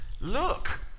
look